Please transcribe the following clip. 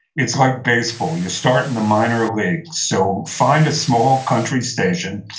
it's like baseball. you start in the minor leagues. so, find a small country station,